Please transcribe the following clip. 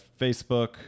Facebook